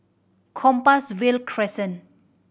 Compassvale Crescent